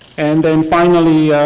and then finally